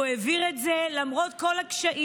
והוא העביר את זה למרות כל הקשיים,